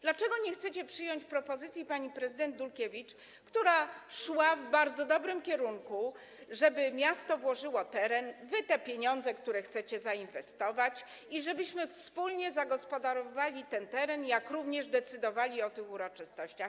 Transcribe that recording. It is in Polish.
Dlaczego nie chcecie przyjąć propozycji pani prezydent Dulkiewicz, która szła w bardzo dobrym kierunku, żeby miasto włożyło teren, a wy te pieniądze, które chcecie zainwestować, żebyśmy wspólnie zagospodarowywali ten teren i decydowali o tych uroczystościach?